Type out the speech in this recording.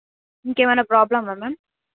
ఇంకేమైనా ప్రాబ్లమా మ్యామ్